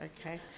okay